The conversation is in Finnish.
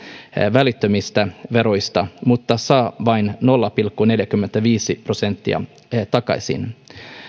välittömistä veroista mutta saa vain nolla pilkku neljäkymmentäviisi prosenttia takaisin